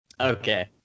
Okay